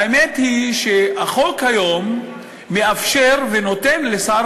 האמת היא שהחוק היום מאפשר ונותן לשר